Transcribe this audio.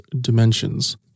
dimensions